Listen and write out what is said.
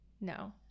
No